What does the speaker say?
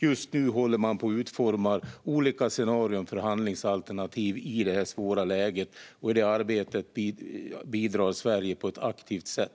Just nu håller man på och utformar olika scenarier för handlingsalternativ i det här svåra läget, och i det arbetet bidrar Sverige på ett aktivt sätt.